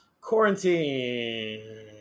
quarantine